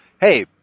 Hey